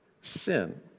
sin